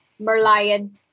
merlion